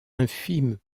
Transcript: infime